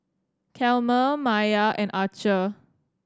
Chalmer Mya and Archer